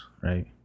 right